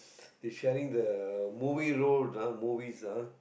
they sharing the movie rolls ah movies ah